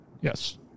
yes